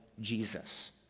Jesus